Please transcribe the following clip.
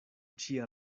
ĉia